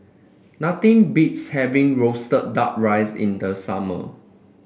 nothing beats having roasted duck rice in the summer